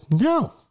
No